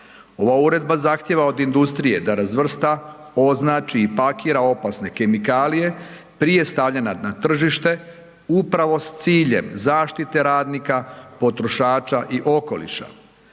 Ova uredba zahtjeva od industrije da razvrsta, označi i pakira opasne kemikalije prije stavljanja na tržište upravo s ciljem zaštite radnika, potrošača i okoliša.